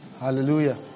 Hallelujah